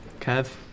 Kev